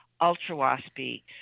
ultra-waspy